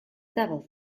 double